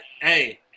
hey